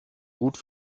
gut